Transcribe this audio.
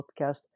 podcast